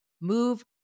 move